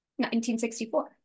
1964